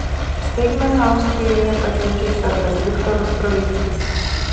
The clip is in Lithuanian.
staigmeną austrijoje pateikė serbas viktoras troickis